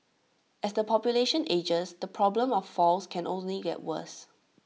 as the population ages the problem of falls can only get worse